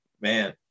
man